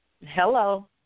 Hello